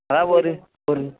அதான் ஒரு ஒரு